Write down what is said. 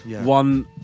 one